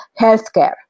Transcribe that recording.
healthcare